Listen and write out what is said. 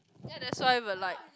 ya that's why will like